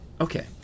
Okay